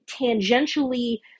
tangentially